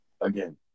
Again